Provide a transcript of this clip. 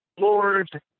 Lord